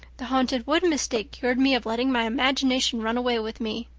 the haunted wood mistake cured me of letting my imagination run away with me.